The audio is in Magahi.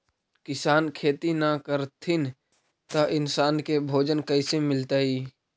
किसान खेती न करथिन त इन्सान के भोजन कइसे मिलतइ?